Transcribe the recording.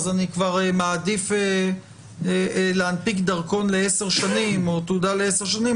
אז הוא אומר שהוא מעדיף להנפיק דרכון לעשר שנים או תעודה לעשר שנים,